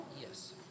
Yes